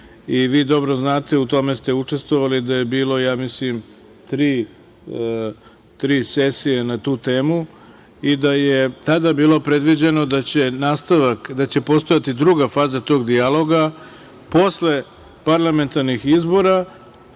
dobro znate, u tome ste učestvovali, da je bilo tri sesije na tu temu i da je tada bilo predviđeno da će postojati druga faza tog dijaloga, posle parlamentarnih izbora,